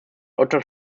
otter